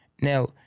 Now